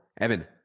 Evan